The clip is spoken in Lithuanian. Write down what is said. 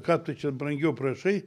ką tu čia brangiau prašai